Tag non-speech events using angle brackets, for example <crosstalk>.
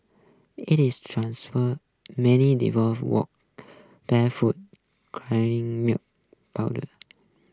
it is transfer many devote walked barefoot crying milk <unintelligible>